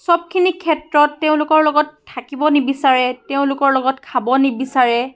চবখিনি ক্ষেত্ৰত তেওঁলোকৰ লগত থাকিব নিবিচাৰে তেওঁলোকৰ লগত খাব নিবিচাৰে